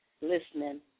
listening